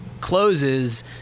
closes